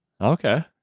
Okay